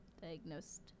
Diagnosed